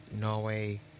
Norway